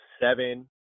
seven